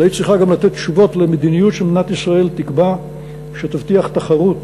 אלא היא צריכה גם לתת תשובות למדיניות שמדינת ישראל תקבע שתבטיח תחרות,